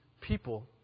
people